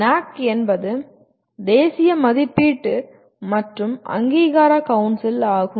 NAAC என்பது தேசிய மதிப்பீட்டு மற்றும் அங்கீகார கவுன்சில் ஆகும்